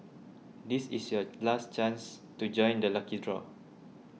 this is your last chance to join the lucky draw